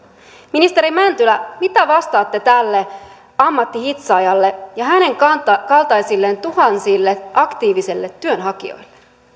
ministeri mäntylä mitä vastaatte tälle ammattihitsaajalle ja hänen kaltaisilleen tuhansille aktiivisille työnhakijoille